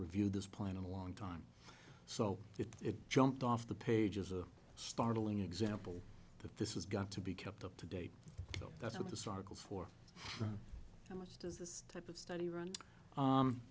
reviewed this plan in a long time so it jumped off the page as a startling example that this has got to be kept up to date so that's what the struggle for how much does this type of study run